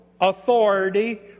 authority